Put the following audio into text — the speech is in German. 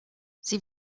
sie